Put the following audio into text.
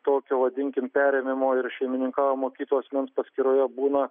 tokio vadinkim perėmimo ir šeimininkavimo kito asmens paskyroje būna